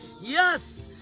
Yes